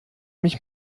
mich